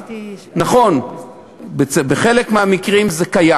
נכון, בחלק מהמקרים זה קיים.